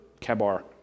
Kabar